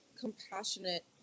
compassionate